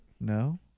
No